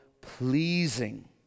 pleasing